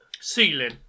ceiling